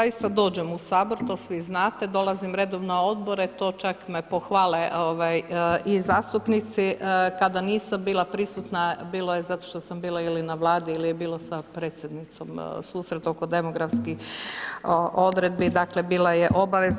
Ja zaista dođem u Sabor, to svi znate, dolazim redovno na odbore, to čak me pohvale i zastupnici, kada nisam bila prisutna bilo je zato što sam bila ili na Vladi ili je bilo sa Predsjednicom susret oko demografskih odredbi, dakle bilo je obaveza.